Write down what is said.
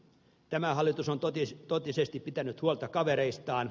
tämä hallitus on totisesti pitänyt huolta kavereistaan